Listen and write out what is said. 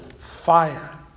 fire